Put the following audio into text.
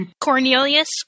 cornelius